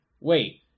wait